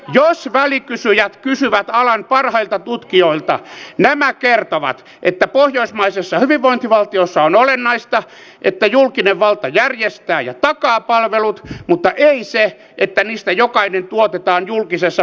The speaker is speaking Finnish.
jos välikysyjät kysyvät alan parhailta tutkijoilta nämä kertovat että pohjoismaisessa hyvinvointivaltiossa on olennaista että julkinen valta järjestää ja takaa palvelut mutta ei se että niistä jokainen tuotetaan julkisessa palvelumonopolissa